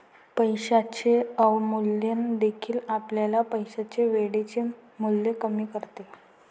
पैशाचे अवमूल्यन देखील आपल्या पैशाचे वेळेचे मूल्य कमी करते